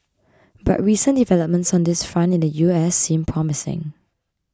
but recent developments on this front in the U S seem promising